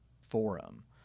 forum